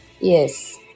yes